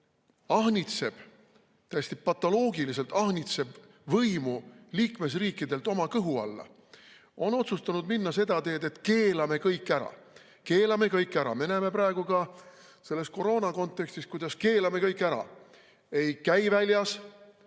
kes ahnitseb, täiesti patoloogiliselt ahnitseb võimu liikmesriikidelt oma kõhu alla, on otsustanud minna seda teed, et keelame kõik ära. Keelame kõik ära. Me näeme praegu ka selles koroonakontekstis, kuidas keelame kõik ära: ei käi väljas,